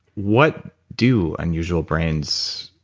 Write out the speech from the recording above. what do unusual brains,